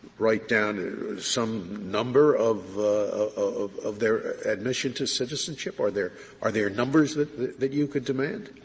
write down some number of of of their admission to citizenship. are there are there numbers that that you could demand?